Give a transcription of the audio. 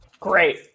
Great